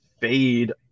fade